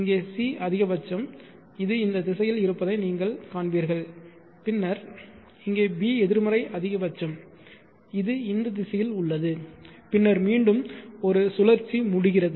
இங்கே c அதிகபட்சம் இது இந்த திசையில் இருப்பதை நீங்கள் காண்பீர்கள் பின்னர் இங்கே b எதிர்மறை அதிகபட்சம் இது இந்த திசையில் உள்ளது பின்னர் மீண்டும் ஒரு சுழற்சி முடிகிறது